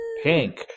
pink